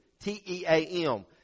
T-E-A-M